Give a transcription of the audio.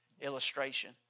illustration